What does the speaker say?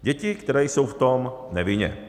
Děti, které jsou v tom nevinně.